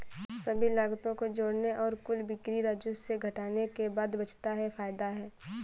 सभी लागतों को जोड़ने और कुल बिक्री राजस्व से घटाने के बाद बचता है फायदा है